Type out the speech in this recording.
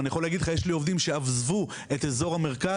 אני יכול להגיד לך יש לי עובדים שעזבו את אזור המרכז